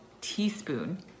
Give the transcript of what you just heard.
teaspoon